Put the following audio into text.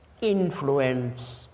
influence